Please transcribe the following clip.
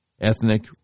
ethnic